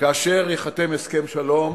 שכאשר ייחתם הסכם שלום,